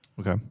Okay